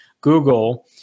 Google